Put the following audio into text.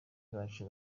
bacu